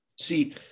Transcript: See